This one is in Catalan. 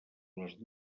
les